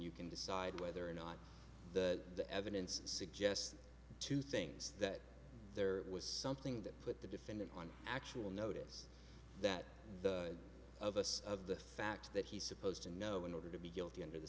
you can decide whether or not the the evidence suggests two things that there was something that put the defendant on actual notice that the of us of the fact that he's supposed to know in order to be guilty under the